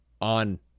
on